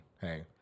hey